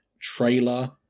trailer